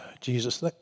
Jesus